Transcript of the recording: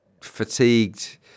fatigued